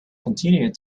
continued